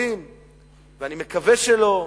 ואני מקווה שלא,